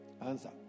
Answer